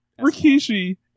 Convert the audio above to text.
Rikishi